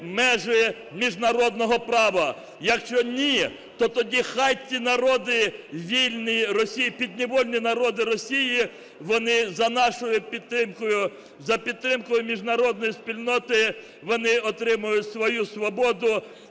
межі міжнародного права, якщо - ні, то тоді хай ті народи, підневільні народи Росії, вони за нашою підтримкою, за підтримкою міжнародної спільноти, вони отримають свою свободу,